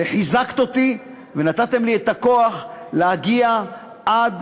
וחיזקת אותי, ונתתם לי את הכוח להגיע עד